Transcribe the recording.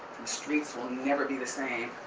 the streets will never be the same.